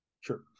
sure